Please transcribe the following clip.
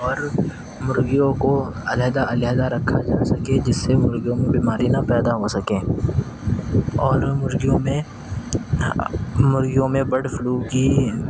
اور مرغیوں کو علیحدہ علیحدہ رکھا جا سکے جس سے مرغیوں میں بیماری نہ پیدا ہو سکے اور مرغیوں میں مرغیوں میں برڈ فلو کی